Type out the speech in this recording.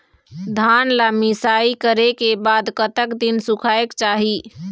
धान ला मिसाई करे के बाद कतक दिन सुखायेक चाही?